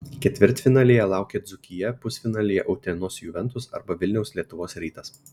ketvirtfinalyje laukia dzūkija pusfinalyje utenos juventus arba vilniaus lietuvos rytas